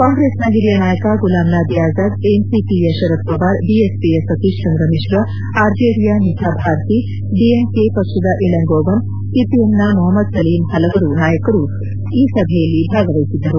ಕಾಂಗ್ರೆಸ್ನ ಹಿರಿಯ ನಾಯಕ ಗುಲಾಮ್ ನಬಿ ಆಜಾದ್ ಎನ್ಸಿಪಿಯ ಶರದ್ ಪವಾರ್ ಬಿಎಸ್ಪಿಯ ಸತೀಶ್ ಚಂದ್ರ ಮಿತ್ತಾ ಆರ್ಜೆಡಿಯ ಮಿಸಾ ಭಾರ್ತಿ ಡಿಎಂಕೆ ಪಕ್ಷದ ಇಳಂಗೋವನ್ ಸಿಪಿಎಂನ ಮೊಹಮದ್ ಸಲೀಮ್ ಹಲವಾರು ನಾಯಕರು ಈ ಸಭೆಯಲ್ಲಿ ಭಾಗವಹಿಸಿದ್ದರು